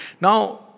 Now